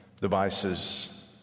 devices